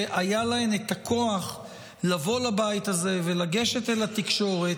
שהיה להן הכוח לבוא לבית הזה ולגשת אל התקשורת